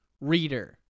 Reader